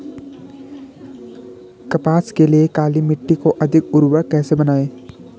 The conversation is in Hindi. कपास के लिए काली मिट्टी को अधिक उर्वरक कैसे बनायें?